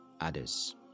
others